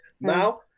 now